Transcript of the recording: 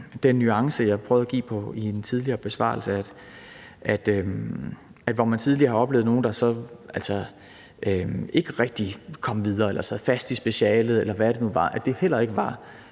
den nuance, jeg prøvede at give i en tidligere besvarelse, nemlig at når man tidligere har oplevet nogle, der så ikke rigtig kom videre eller sad fast i specialet, eller hvad det nu var, var det heller ikke